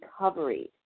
recovery